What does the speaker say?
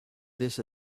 this